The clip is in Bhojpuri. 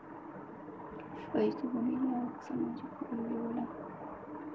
पइसो बनेला आउर सामाजिक काम भी होला